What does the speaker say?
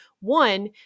one